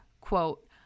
quote